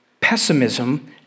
pessimism